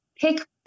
pick